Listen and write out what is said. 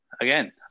again